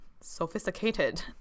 sophisticated